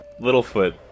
littlefoot